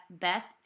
Best